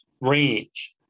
range